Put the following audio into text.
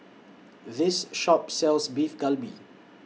This Shop sells Beef Galbi